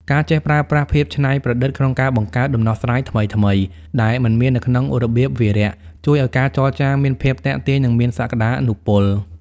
ការចេះប្រើប្រាស់ "ភាពច្នៃប្រឌិត" ក្នុងការបង្កើតដំណោះស្រាយថ្មីៗដែលមិនមាននៅក្នុងរបៀបវារៈ ជួយឱ្យការចរចាមានភាពទាក់ទាញ និងមានសក្ដានុពល។